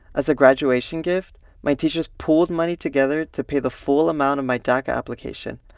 as a graduation gift, my teachers pooled money together to pay the full amount of my daca application.